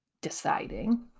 deciding